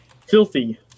filthy